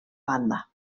banda